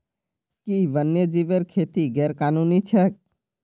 कि वन्यजीवेर खेती गैर कानूनी छेक?